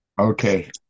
Okay